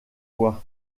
voix